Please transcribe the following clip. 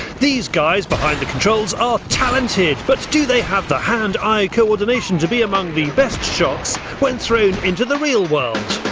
these guys behind the controls are talented. but do they have the hand eye co-ordination to be among the best shots when thrown into the real world?